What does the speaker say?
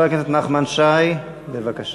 חבר הכנסת נחמן שי, בבקשה.